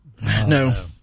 No